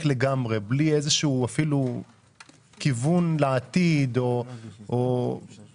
לגמרי בלי איזה שהוא כיוון לעתיד או משהו.